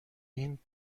این